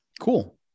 Cool